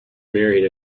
married